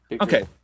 Okay